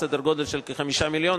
סדר-גודל של כ-5 מיליון,